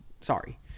sorry